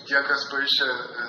tie kas paišė